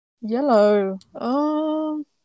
Yellow